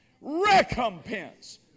recompense